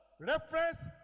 reference